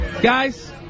Guys